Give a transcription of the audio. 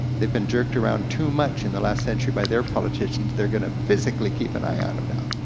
they've been jerked around too much in the last century by their politicians, they're gonna physically keep and eye on em now.